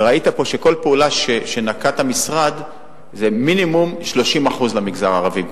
וראית פה שבכל פעולה שנקט המשרד יש מינימום 30% למגזר הערבי,